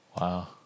Wow